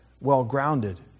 well-grounded